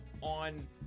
On